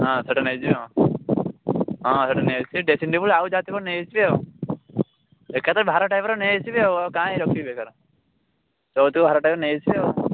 ହଁ ସେଇଟା ନେଇଯିବି ହଁ ହଁ ସେଇଟା ନେଇ ଆସିବି ସେ ଡ୍ରେସିଙ୍ଗ ଟେବୁଲ ଆଉ ଯାହା ଥିବ ନେଇ ଆସିବି ଆଉ ଏକାଥରେ ଭାର ଟାଇପର ନେଇ ଆସିବି ଆଉ କାଇଁ ରଖିବି ବେକାର ଯୌତୁକ ଭାରଟାକୁ ନେଇ ଆସିବି ଆଉ